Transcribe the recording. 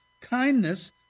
kindness